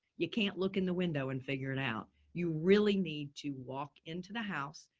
you can't look in the window and figure it out. you really need to walk into the house.